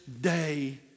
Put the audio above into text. day